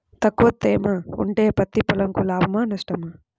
తక్కువ తేమ ఉంటే పత్తి పొలంకు లాభమా? నష్టమా?